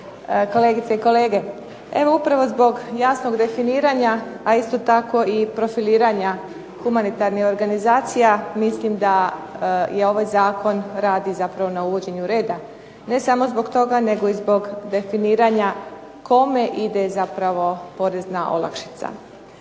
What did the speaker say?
kolegice i kolege. Evo upravo zbog jasnog definiranja isto tako i profiliranja humanitarnih organizacija mislim da ovaj Zakon radi na uvođenju reda, ne samo zbog toga nego i zbog definiranja kome ide zapravo porezna olakšica.